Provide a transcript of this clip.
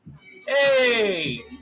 Hey